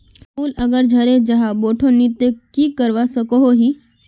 फूल अगर झरे जहा बोठो नी ते की करवा सकोहो ही?